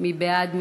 מי בעד?